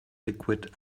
liquid